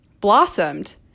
blossomed